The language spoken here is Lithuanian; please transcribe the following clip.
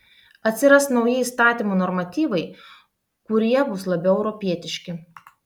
atsiras nauji įstatymų normatyvai kurie bus labiau europietiški